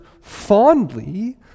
fondly